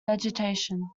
vegetation